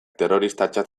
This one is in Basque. terroristatzat